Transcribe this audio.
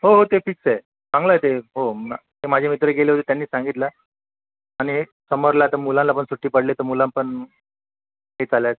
हो हो ते फिक्स आहे चांगलं आहे ते हो मग ते माझे मित्रही गेले होते त्यांनी सांगितलं आणि समरला आता मुलाला पण सुट्टी पडली तर मुला पण